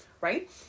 right